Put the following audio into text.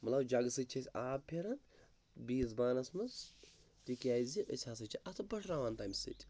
مطلب جگہٕ سۭتۍ چھِ أسۍ آب فِران بیِس بانَس منٛز تِکیٛازِ أسۍ ہَسا چھِ اَتھٕ پٔٹھراوان تَمہِ سۭتۍ